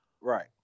Right